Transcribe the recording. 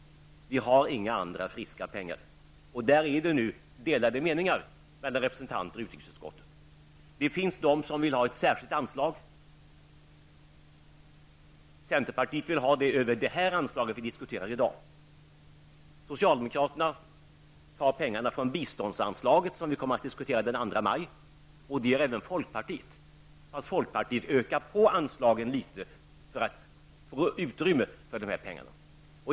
Vi har inga andra friska pengar. På den punkten råder det nu delade meningar mellan representanter i utrikesutskottet. Det finns de som vill ha ett särskilt anslag; centerpartiet vill ha det för det anslag vi diskuterar i dag. Socialdemokraterna tar pengarna från biståndsanslagen, som vi kommer att diskutera den 2 maj. Det gör även folkpartiet, men folkpartiet ökar på anslaget litet för att få utrymme för de här pengarna.